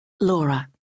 laura